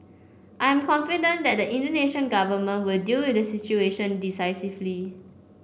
I am confident the Indonesian Government will deal with the situation decisively